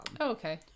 okay